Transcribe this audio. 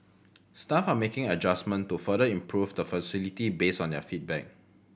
staff are making adjustment to further improve the facility based on their feedback